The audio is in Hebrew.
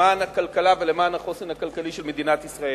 למען הכלכלה ולמען החוסן הכלכלי של מדינת ישראל,